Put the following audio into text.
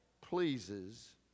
pleases